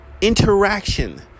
interaction